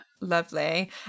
Lovely